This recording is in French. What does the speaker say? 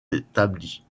établie